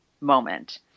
moment